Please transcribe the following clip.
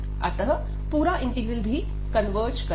अतः पूरा इंटीग्रल भी कन्वर्ज करेगा